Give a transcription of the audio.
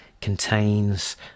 contains